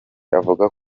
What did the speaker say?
avuga